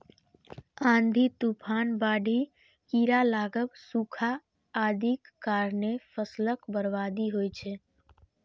आंधी, तूफान, बाढ़ि, कीड़ा लागब, सूखा आदिक कारणें फसलक बर्बादी होइ छै